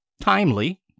timely